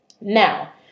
Now